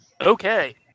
Okay